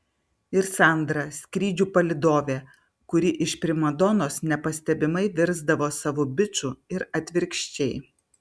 ir sandra skrydžių palydovė kuri iš primadonos nepastebimai virsdavo savu biču ir atvirkščiai